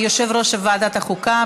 יושב-ראש ועדת החוקה,